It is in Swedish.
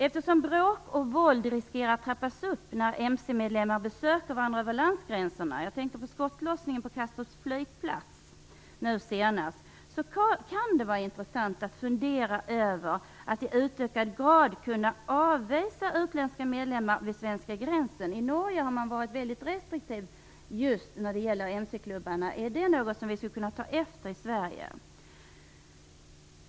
Eftersom bråk och våld riskerar att trappas upp när mc-medlemmar besöker varandra över landsgränserna, jag tänker på skottlossningen vid Kastrups flygplats nu senast, kan det vara intressant att fundera över att i ökad grad avvisa utländska medlemmar vid gränsen. I Norge har man varit väldigt restriktiv när det gäller mc-klubbarna. Är det något som vi skulle kunna ta efter i Sverige?